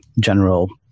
general